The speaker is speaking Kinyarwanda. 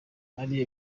hari